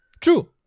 True